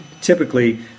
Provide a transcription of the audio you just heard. typically